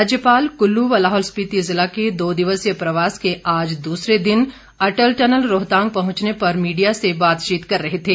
राज्यपाल कल्लू व लाहौल स्पिति जिला के दो दिवसीय प्रवास के आज दूसरे दिन अटल टनल रोहतांग पहुंचने पर मीडिया से बातचीत कर रहे थे